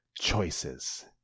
choices